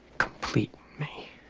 complete me